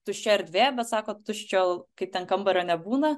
tuščia erdvė bet sako tuščio kaip ten kambario nebūna